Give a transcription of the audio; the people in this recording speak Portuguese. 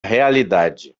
realidade